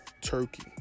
Turkey